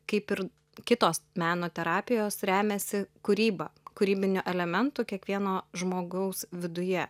kaip ir kitos meno terapijos remiasi kūryba kūrybinių elementų kiekvieno žmogaus viduje